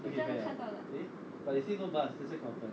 是真的看到了